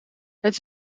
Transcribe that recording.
het